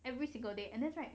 every single day and that's right